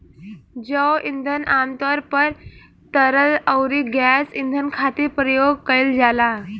जैव ईंधन आमतौर पर तरल अउरी गैस ईंधन खातिर प्रयोग कईल जाला